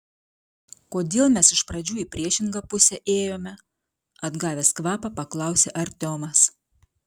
kodėl mes iš pradžių į priešingą pusę ėjome atgavęs kvapą paklausė artiomas